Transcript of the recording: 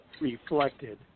reflected